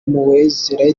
mowzey